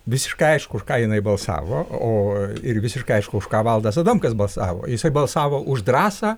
visiškai aišku už ką jinai balsavo o ir visiškai aišku už ką valdas adamkus balsavo jisai balsavo už drąsą